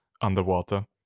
underwater